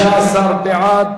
16 בעד.